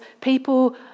people